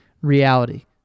reality